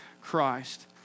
Christ